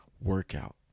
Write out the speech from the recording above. workout